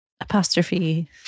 Apostrophe